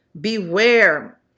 Beware